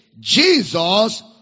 Jesus